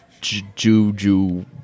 juju